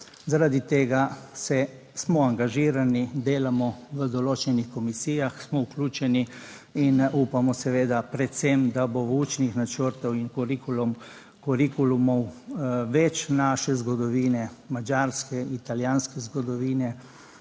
Zaradi tega smo angažirani, delamo v določenih komisijah, smo vključeni in upamo seveda predvsem, da bo učnih načrtov in kurikulumov več naše zgodovine, madžarske, italijanske zgodovine,